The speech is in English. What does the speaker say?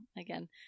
again